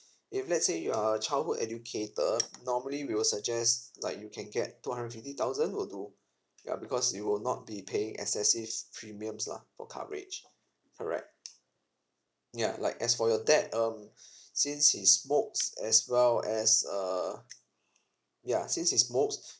if let's say you are a childhood educator normally we will suggest like you can get two hundred and fifty thousand will do ya because you will not be paying excessive premiums lah for coverage correct ya like as for your dad um since he smokes as well as uh ya since he smokes